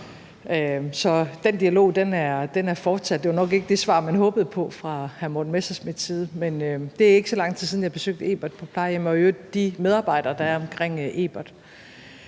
så den dialog er fortsat. Det var nok ikke det svar, man håbede på fra hr. Morten Messerschmidts side, men det er ikke så lang tid siden, at jeg besøgte Ebert på plejehjemmet – og i øvrigt de medarbejdere, der er omkring Ebert.